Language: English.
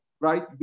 right